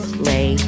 play